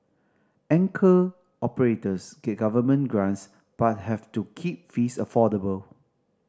anchor operators get government grants but have to keep fees affordable